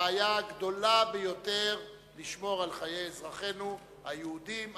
בעיה גדולה ביותר לשמור על חיי אזרחינו היהודים,